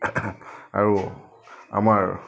আৰু আমাৰ